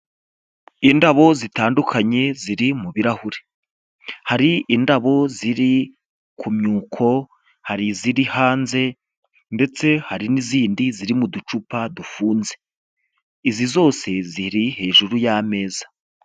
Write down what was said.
Indabo zitandukanye ziri mu birarahuri, hari indabo ziri ku myuko, hari iziri hanze ndetse hari n'izindi ziri mu ducupa dufunze. Izi zose ziri hejuru y'ameza.